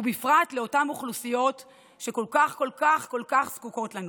ובפרט למען אותן אוכלוסיות שכל כך זקוקות לנו.